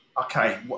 okay